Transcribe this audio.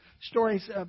stories